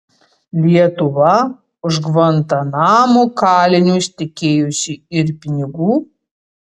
lietuva už gvantanamo kalinius tikėjosi ir pinigų